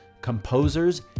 composers